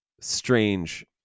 strange